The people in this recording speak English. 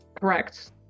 Correct